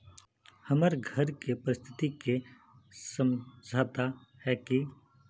हमर घर के परिस्थिति के समझता है की?